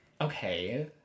Okay